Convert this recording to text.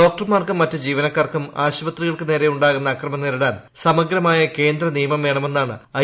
ഡോക്ടർമാർക്കും മറ്റ് ജീവനക്കാർക്കും ആശുപത്രികൾക്കു നേരെയുണ്ടാകുന്ന അക്രമം നേരിടാൻ സമഗ്രമായ കേന്ദ്ര നിയമം വേണമെന്നാണ് ഐ